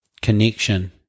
connection